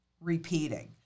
repeating